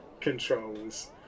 controls